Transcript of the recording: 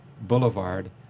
Boulevard